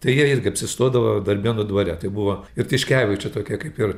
tai jie irgi apsistodavo darbėnų dvare tai buvo ir tiškevičių tokia kaip ir